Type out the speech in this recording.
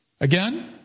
again